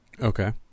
Okay